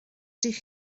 dydych